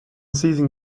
seizing